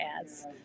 ads